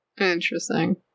Interesting